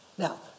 Now